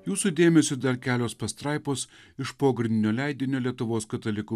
jūsų dėmesiui dar kelios pastraipos iš pogrindinio leidinio lietuvos katalikų